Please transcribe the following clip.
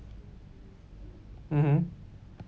mmhmm